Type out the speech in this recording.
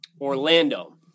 Orlando